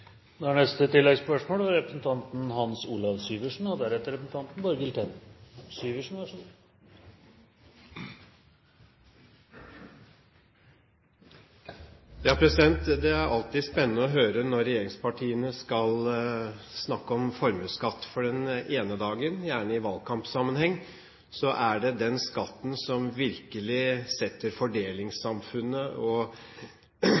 Hans Olav Syversen – til oppfølgingsspørsmål. Det er alltid spennende å høre når regjeringspartiene skal snakke om formuesskatt. For den ene dagen – gjerne i valgkampsammenheng – er det den skatten som virkelig setter